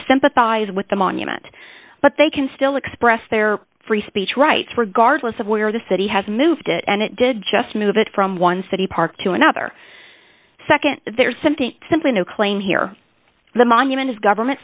sympathize with the monument but they can still express their free speech rights regardless of where the city has moved it and it did just move it from one city park to another nd there's something simply new claim here the monument is government